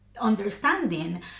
understanding